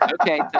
Okay